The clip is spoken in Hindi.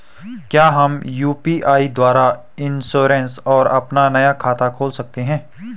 क्या हम यु.पी.आई द्वारा इन्श्योरेंस और अपना नया खाता खोल सकते हैं?